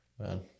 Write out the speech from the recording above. Man